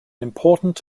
important